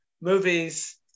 movies